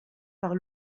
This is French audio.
par